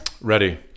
Ready